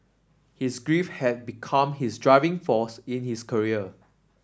his grief had become his driving force in his career